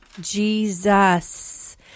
Jesus